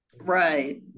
Right